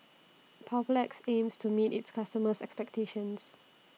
Papulex aims to meet its customers' expectations